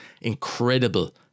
incredible